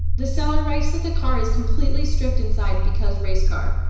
the seller writes that the car is completely stripped inside because race car.